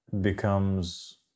becomes